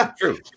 True